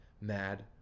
mad